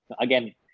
again